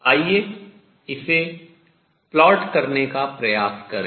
आइए इसे आरेखित करने का प्रयास करें